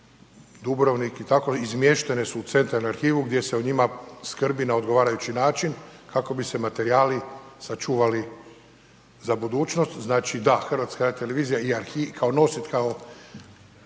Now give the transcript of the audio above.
je Dubrovnik i tako, izmještene su u centralnu arhivu gdje se o njima skrbi na odgovarajući način kako bi se materijali sačuvali za budućnost. Znači da, HRT i kao, koji